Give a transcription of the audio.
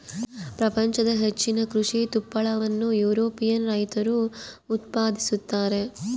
ಪ್ರಪಂಚದ ಹೆಚ್ಚಿನ ಕೃಷಿ ತುಪ್ಪಳವನ್ನು ಯುರೋಪಿಯನ್ ರೈತರು ಉತ್ಪಾದಿಸುತ್ತಾರೆ